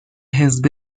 حزب